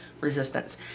resistance